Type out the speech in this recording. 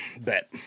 Bet